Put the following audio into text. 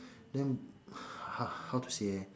then how to say leh